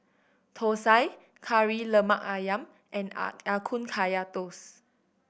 thosai Kari Lemak Ayam and ya Ya Kun Kaya Toast